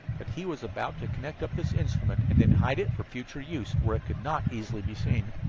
that he was about to connect up this instrument and then hide it for future use where it could not easily be seen.